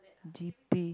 G_P